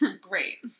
Great